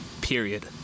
period